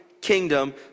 kingdom